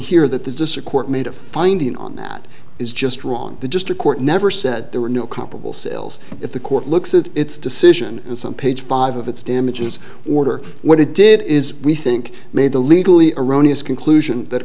here that the district court made a finding on that is just wrong the district court never said there were no comparable sales if the court looks at its decision in some page five of its damages order what it did is we think made the legally erroneous conclusion that